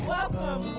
Welcome